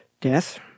death